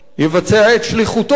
יבצע את שליחותו,